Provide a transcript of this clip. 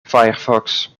firefox